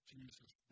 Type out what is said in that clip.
Jesus